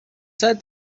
ساعت